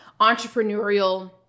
entrepreneurial